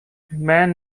man